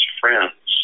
friends